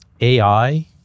AI